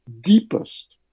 deepest